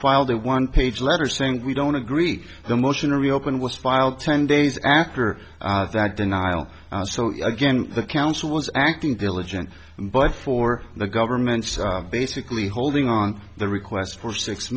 filed a one page letter saying we don't agree the motion to reopen was filed ten days after that denial so again the council was acting diligent but for the government basically holding on the request for six